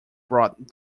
brought